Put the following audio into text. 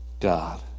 God